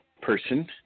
person